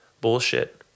bullshit